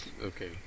okay